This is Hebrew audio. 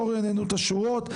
לא רעננו את השורות,